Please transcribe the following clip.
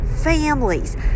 families